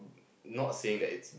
not saying that it's